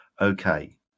Okay